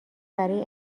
برای